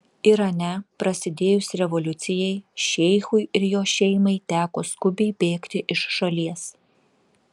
irane prasidėjus revoliucijai šeichui ir jo šeimai teko skubiai bėgti iš šalies